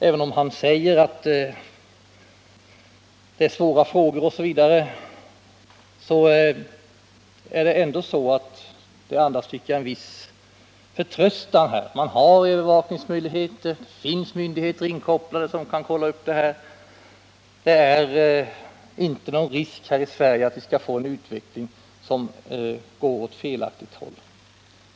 Även om han där säger att det är svåra frågor osv., tycker jag ändå att svaret andas en viss förtröstan: det finns övervakningsmöjligheter, myndigheter är inkopplade som kan kolla upp läget, och det är ingen risk för att vi här i Sverige skall få en utveckling som går åt ett felaktigt håll.